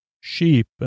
Sheep